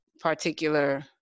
particular